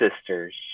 sisters